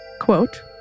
quote